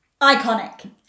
Iconic